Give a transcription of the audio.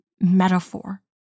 metaphor